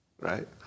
Right